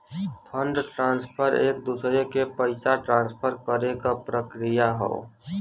fund transfer एक दूसरे के पइसा ट्रांसफर करे क प्रक्रिया हौ